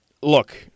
Look